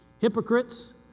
Hypocrites